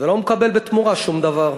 ולא מקבל בתמורה שום דבר.